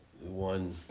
one